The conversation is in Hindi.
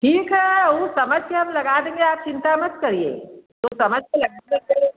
ठीक है वह समझ कर हम लगा देंगे आप चिंता मत करिए सोच समझ कर लगा देंगे